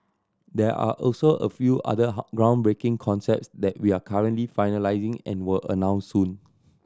there are also a few other groundbreaking concepts that we're currently finalising and will announce soon